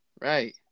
Right